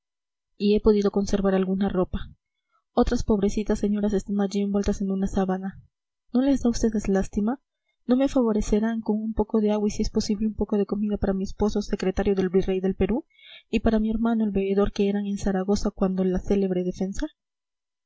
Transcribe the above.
y he podido conservar alguna ropa otras pobrecitas señoras están allí envueltas en una sábana no les da a vds lástima no me favorecerán con un poco de agua y si es posible un poco de comida para mi esposo secretario del virrey del perú y para mi hermano el veedor que era en zaragoza cuando la célebre defensa